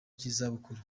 cy’izabukuru